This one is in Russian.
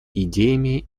идеями